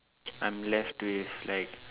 I'm left with like